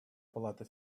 палата